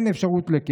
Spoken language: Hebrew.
אין אפשרות לכסף.